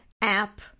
app